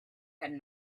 had